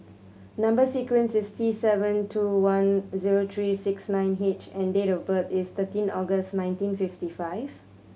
number sequence is T seven two one zero three six nine H and date of birth is thirteen August nineteen fifty five